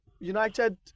United